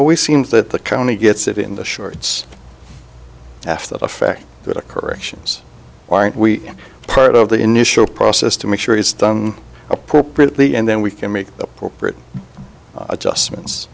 always seems that the county gets it in the shorts after the fact that the corrections aren't we part of the initial process to make sure it's done appropriately and then we can make appropriate adjustments